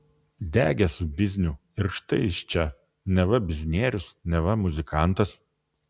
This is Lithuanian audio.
degė su bizniu ir štai jis čia neva biznierius neva muzikantas